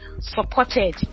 supported